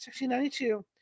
1692